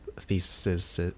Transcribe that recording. theses